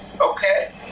okay